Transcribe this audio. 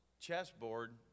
chessboard